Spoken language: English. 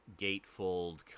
gatefold